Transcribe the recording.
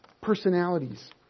personalities